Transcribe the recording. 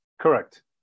Correct